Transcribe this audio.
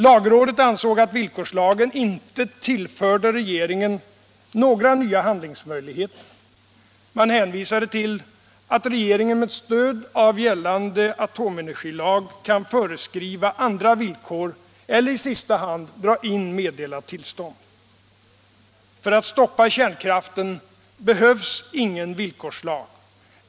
Lagrådet ansåg att villkorslagen inte tillförde regeringen några nya handlingsmöjligheter. Man hänvisade till att regeringen med stöd av gällande atomenergilag kan föreskriva andra villkor eller i sista hand dra in meddelat tillstånd. Nr 107 För att stoppa kärnkraften behövs ingen villkorslag.